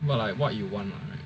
well like what you want